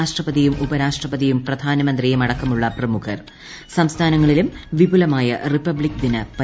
രാഷ്ട്രപതിയും ഉപ്പരാഷ്ട്രപതിയും പ്രധാനമന്ത്രിയും അടക്കമുള്ള പ്രമുഖ്ർ സംസ്ഥാനങ്ങളിലും വിപുലമായ റിപ്പബ്ലിക് ദിന പരിപാടികൾ